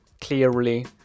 clearly